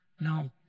No